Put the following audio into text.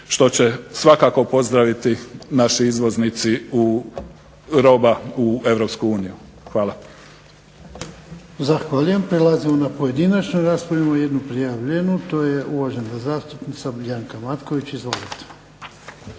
što će svakako pozdraviti naši izvoznici roba u Europsku